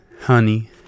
honey